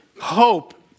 Hope